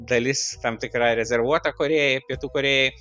dalis tam tikra rezervuota korėjai pietų korėjai